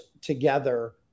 together